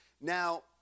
Now